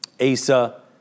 Asa